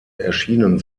erschienen